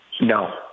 No